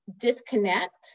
disconnect